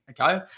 Okay